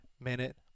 minute